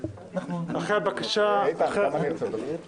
אחר כך אם יהיו התייחסויות נתייחס